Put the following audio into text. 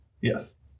Yes